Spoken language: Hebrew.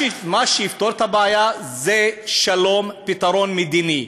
מה שיפתור את הבעיה זה שלום, פתרון מדיני.